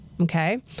Okay